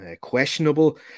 questionable